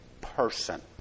person